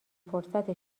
فرصت